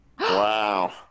Wow